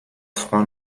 front